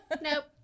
Nope